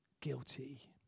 guilty